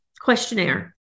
questionnaire